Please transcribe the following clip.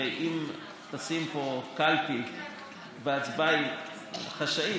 ואם תשים פה קלפי והצבעה תהיה חשאית,